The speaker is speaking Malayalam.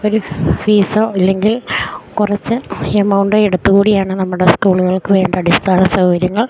ഒരു ഫീസോ ഇല്ലെങ്കിൽ കുറച്ച് എമൗണ്ട് എടുത്തുകൂടിയാണ് നമ്മുടെ സ്കൂളുകൾക്കുവേണ്ട അടിസ്ഥാന സൗകര്യങ്ങൾ